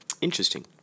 Interesting